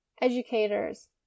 educators